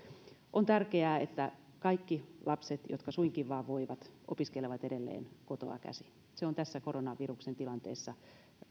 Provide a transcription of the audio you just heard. on tärkeää että kaikki lapset jotka suinkin vaan voivat opiskelevat edelleen kotoa käsin se on tässä koronaviruksen tilanteessa